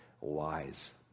wise